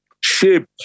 shape